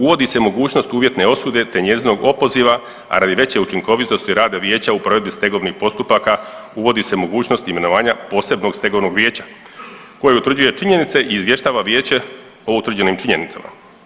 Uvodi se mogućnost uvjetne osude te njezinog opoziva, a radi veće učinkovitosti rada vijeća u provedbi stegovnih postupaka uvodi se mogućnost imenovanja posebnog stegovnog vijeća koje utvrđuje činjenice i izvještava vijeće o utvrđenim činjenicama.